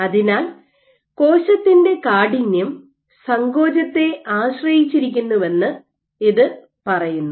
അതിനാൽ കോശത്തിന്റെ കാഠിന്യം സങ്കോചത്തെ ആശ്രയിച്ചിരിക്കുന്നുവെന്ന് ഇത് പറയുന്നു